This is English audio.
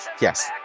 Yes